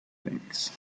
things